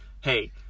hey